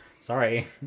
Sorry